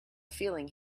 feeling